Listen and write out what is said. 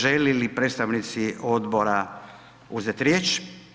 Želi li predstavnici odbora uzeti riječ?